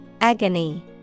Agony